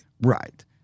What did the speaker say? right